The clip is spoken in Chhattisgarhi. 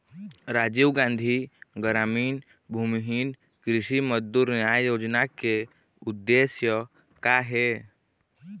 राजीव गांधी गरामीन भूमिहीन कृषि मजदूर न्याय योजना के उद्देश्य का हे?